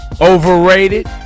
overrated